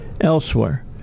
elsewhere